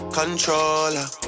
controller